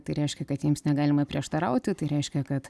tai reiškia kad jiems negalima prieštarauti tai reiškia kad